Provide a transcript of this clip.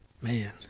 man